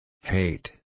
Hate